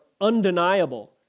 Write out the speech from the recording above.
undeniable